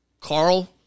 Carl